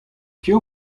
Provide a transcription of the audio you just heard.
piv